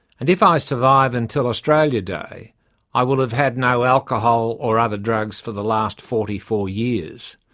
and if i survive until australia day i will have had no alcohol or other drugs for the last forty four years.